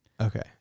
okay